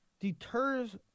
deters –